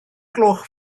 gloch